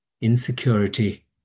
insecurity